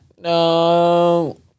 No